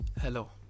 Hello